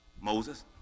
Moses